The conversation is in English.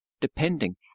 depending